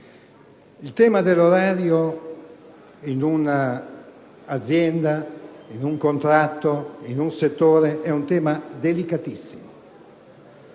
Il tema dell'orario in una azienda, in un contratto, in un settore, è un tema delicatissimo: